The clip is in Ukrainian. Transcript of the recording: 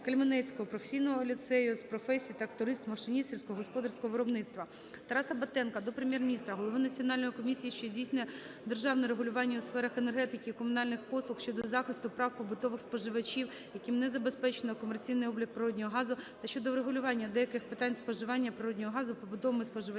Кельменецького професійного ліцею з професії "Тракторист-машиніст сільськогосподарського виробництва". Тараса Батенка до Прем'єр-міністра, Голови Національної комісії, що здійснює державне регулювання у сферах енергетики та комунальних послуг щодо захисту прав побутових споживачів, яким не забезпечено комерційний облік природного газу та щодо врегулювання деяких питань споживання природного газу побутовими споживачами